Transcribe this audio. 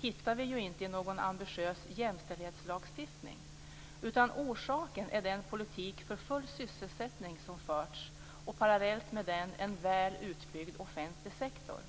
hittar vi inte i någon ambitiös jämställdhetslagstiftning. Orsaken är den politik för full sysselsättning som förts, och parallellt med den en väl utbyggd offentlig sektor.